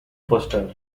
foster